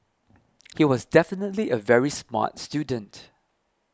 he was definitely a very smart student